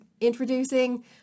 introducing